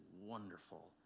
wonderful